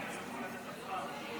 של חבר הכנסת חנוך מלביצקי,